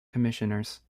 commissioners